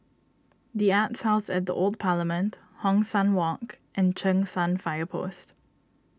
the Arts House at the Old Parliament Hong San Walk and Cheng San Fire Post